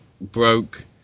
broke